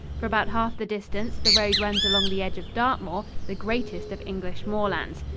for about half the distance the road runs along the edge of dartmoor, the greatest of english moorlands.